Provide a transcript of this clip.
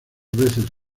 veces